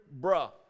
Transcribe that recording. bruh